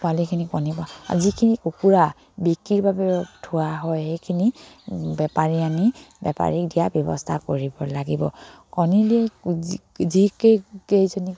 পোৱালিখিনি কণী পৰা আৰু যিখিনি কুকুৰা বিক্ৰীৰ বাবে থোৱা হয় সেইখিনি বেপাৰী আনি বেপাৰীক দিয়া ব্যৱস্থা কৰিব লাগিব কণীলৈ যি যে কেই কেইজনী